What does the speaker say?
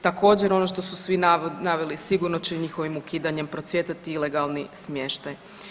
Također, ono što su svi naveli, sigurno će njihovim ukidanjem procvjetati ilegalni smještaj.